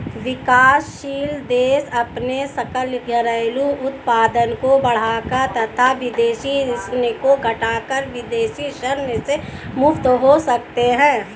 विकासशील देश अपने सकल घरेलू उत्पाद को बढ़ाकर तथा विदेशी ऋण को घटाकर विदेशी ऋण से मुक्त हो सकते हैं